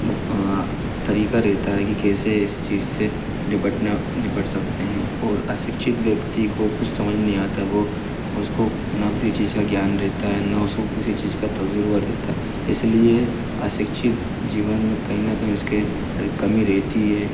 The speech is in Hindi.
तरीका रहता है कि कैसे इस चीज़ से निपटना निपट सकते हैं और अशिक्षित व्यक्ति को कुछ समझ नहीं आता वह उसको न किसी चीज़ का ज्ञान रहता है न उसको किसी चीज़ का तजुर्बा रहता इसलिए अशिक्षित जीवन में कहीं ना कहीं उसके कमी रहती है